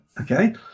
Okay